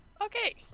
Okay